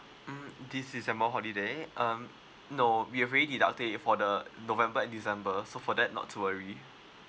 mm this is summer holiday um no we've ready deduct it for the november and december so for that not to worry